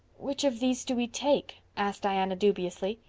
which of these do we take? asked diana dubiously.